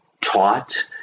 taught